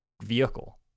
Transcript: vehicle